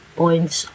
points